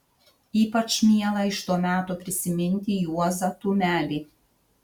ypač miela iš to meto prisiminti juozą tumelį